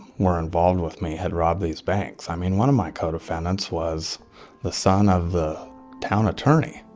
were involved with me had robbed these banks. i mean, one of my codefendants was the son of the town attorney.